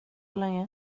länge